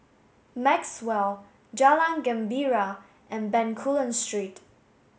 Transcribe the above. Maxwell Jalan Gembira and Bencoolen Street